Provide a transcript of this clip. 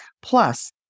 Plus